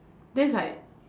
that's like